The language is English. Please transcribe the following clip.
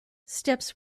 steps